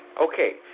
Okay